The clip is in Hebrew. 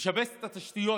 לשפץ את התשתיות,